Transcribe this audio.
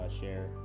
share